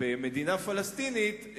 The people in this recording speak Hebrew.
במדינה פלסטינית,